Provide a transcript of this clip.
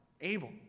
Abel